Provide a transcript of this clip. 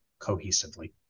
cohesively